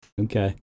Okay